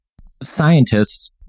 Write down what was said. scientists